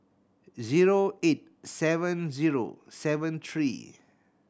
zero eight seven zero seven three